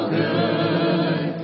good